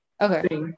okay